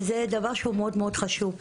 זה דבר מאוד מאוד חשוב.